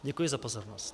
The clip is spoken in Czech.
Děkuji za pozornost.